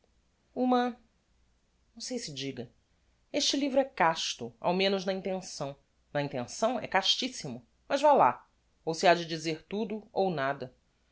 uma não sei se diga este livro é casto ao menos na intenção na intenção é castissimo mas vá lá ou se ha de dizer tudo ou nada